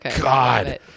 God